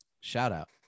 shout-out